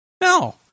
No